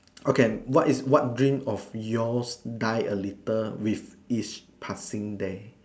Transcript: okay what is what dream of yours die a little with each passing day